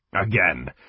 Again